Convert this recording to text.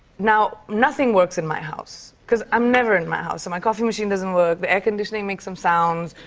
now, nothing works in my house, because i'm never in my house. and my coffee machine doesn't work, the air-conditioning makes some sounds.